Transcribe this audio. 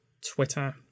Twitter